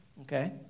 Okay